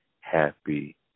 happy